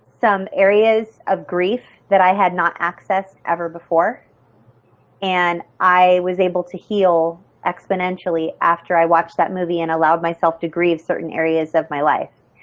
some areas of grief that i had not access ever before and i was able to heal exponentially after i watched that movie and allowed myself to grieve certain areas of my life.